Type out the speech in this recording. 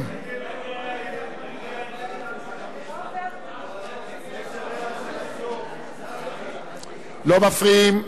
לא מפריעים.